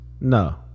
no